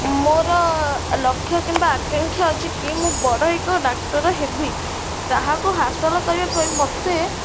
ମୋର ଲକ୍ଷ୍ୟ କିମ୍ବା ଆକାଂକ୍ଷା ଅଛି କି ମୁଁ ବଡ଼ ଏକ ଡାକ୍ତର ହେବି ତାହାକୁ ହାସଲ କରିବା ପାଇଁ ମୋତେ